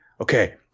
Okay